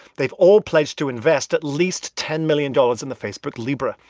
they've all pledged to invest at least ten million dollars in the facebook libra.